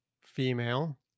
female